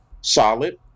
solid